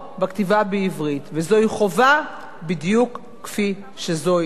וזוהי חובה בדיוק כפי שזוהי זכות.